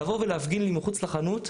לבוא ולהפגין לי מחוץ לחנות,